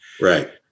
Right